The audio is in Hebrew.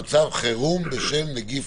שלפי חוק